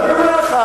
ואני אומר לך,